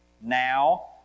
now